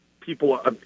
People